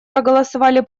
проголосовали